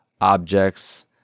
objects